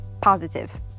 Positive